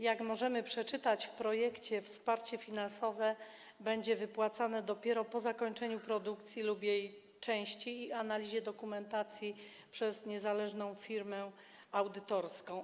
Jak możemy przeczytać w projekcie, wsparcie finansowe będzie wypłacane dopiero po zakończeniu produkcji lub jej części i analizie dokumentacji przez niezależną firmę audytorską.